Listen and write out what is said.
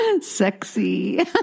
Sexy